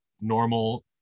normal